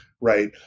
right